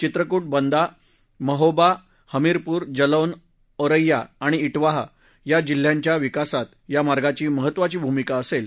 चित्रकू बांदा महोबा हमीरपूर जलौन ओरेया आणि इ विहा या जिल्ह्यांच्या विकासात या मार्गाची महत्वाची भूमिका असेल